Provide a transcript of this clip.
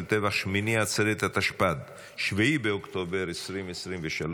טבח שמיני עצרת התשפ"ד (7 באוקטובר 2023),